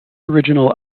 original